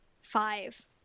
five